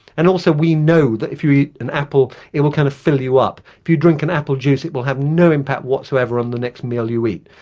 and also we know that if you eat an apple it will kind of fill you up. if you drink an apple juice it will have no impact whatsoever on the next meal you eat.